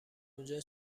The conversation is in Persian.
اونجا